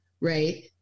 right